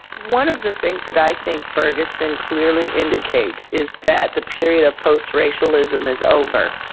one of the things that i think ferguson clearly indicates is that the period of post-racialism is over.